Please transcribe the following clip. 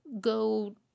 go